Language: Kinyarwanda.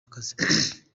akazi